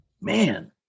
man